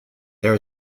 there